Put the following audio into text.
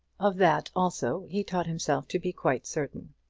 of that also he taught himself to be quite certain.